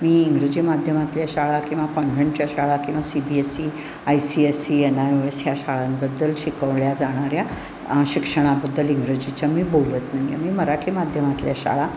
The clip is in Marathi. मी इंग्रजी माध्यमातल्या शाळा किंवा कॉन्व्हेंटच्या शाळा किंवा C B S C I C S C N I S ह्या शाळांबद्दल शिकवल्या जाणाऱ्या शिक्षणाबद्दल इंग्रजीच्या मी बोलत नाही आहे मी मराठी माध्यमातल्या शाळा